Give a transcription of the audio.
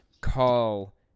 call